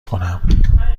کنم